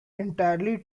entirely